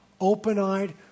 open-eyed